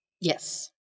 Yes